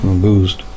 boost